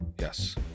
Yes